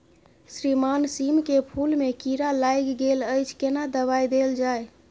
श्रीमान सीम के फूल में कीरा लाईग गेल अछि केना दवाई देल जाय?